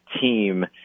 team